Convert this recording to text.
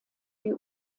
die